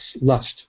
lust